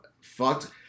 fucked